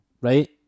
right